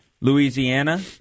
louisiana